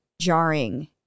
jarring